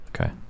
Okay